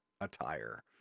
attire